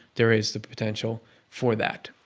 there is the potential for that,